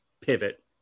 pivot